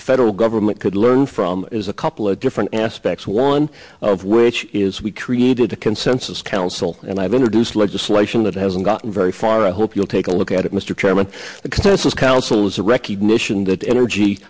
the federal government could learn from is a couple of different aspects one of which is we created a consensus council and i've introduced legislation that hasn't gotten very far i hope you'll take a look at it mr chairman the consensus council is a recognition that energy